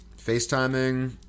Facetiming